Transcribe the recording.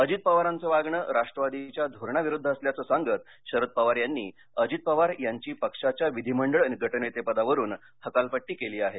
अजित पवारांचं वागणं राष्ट्रवादीच्या धोरणाविरुद्ध असल्याचं सांगत शरद पवार यांनी अजित पवार यांची पक्षाच्या विधीमंडळ गटनेते पदावरून हकालपट्टी केली आहे